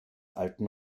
alten